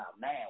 man